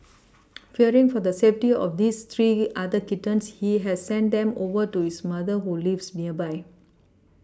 fearing for the safety of this three other kittens he has sent them over to his mother who lives nearby